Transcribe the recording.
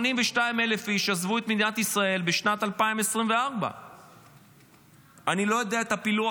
82,000 איש עזבו את מדינת ישראל בשנת 2024. אני לא יודע את הפילוח,